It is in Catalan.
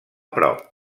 prop